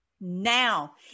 now